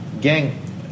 gang